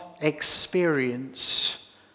experience